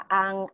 ang